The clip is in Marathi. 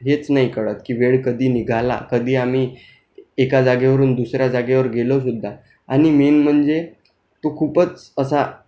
हेच नाही कळत की वेळ कधी निघाला कधी आम्ही एका जागेवरून दुसऱ्या जागेवर गेलो सुद्धा आणि मेन म्हणजे तो खूपच असा